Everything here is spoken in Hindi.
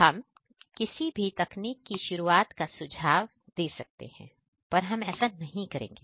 हम किसी भी तकनीक की शुरुआत का सुझाव दे सकते हैं पर हम ऐसा नहीं करेंगे